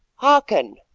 hearken,